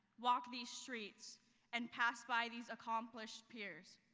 walk these streets and pass by these accomplished peers.